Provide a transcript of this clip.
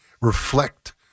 Reflect